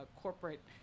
corporate